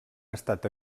estat